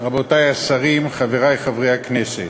רבותי השרים, חברי חברי הכנסת,